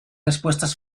respuestas